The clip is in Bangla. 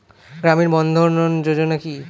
গ্রামীণ বন্ধরন যোজনা কি?